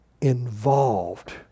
involved